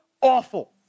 awful